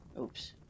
Oops